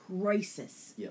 crisis